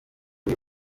uyu